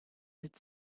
had